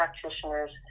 practitioners